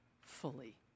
fully